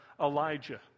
Elijah